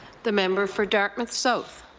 the member for dartmouth south.